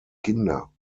kinder